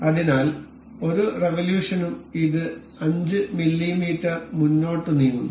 അതിനാൽ ഓരോ റിവൊല്യൂഷനും ഇത് 5 മില്ലീമീറ്റർ മുന്നോട്ട് നീങ്ങുന്നു